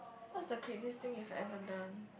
what's the craziest thing you have ever done